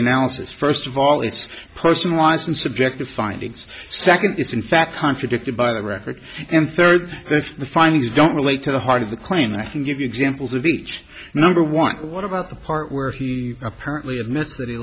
analysis first of all it's personalized and subjective findings second is in fact contradicted by the record and third that the findings don't relate to the heart of the claim that i can give you examples of each number one what about the part where he apparently admits that he